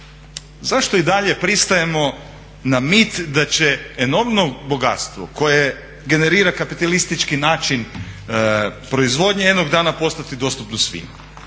Zašto i dalje pristajemo na mit da će enormno bogatstvo koje generira kapitalistički način proizvodnje jednog dana postati dostupno svima.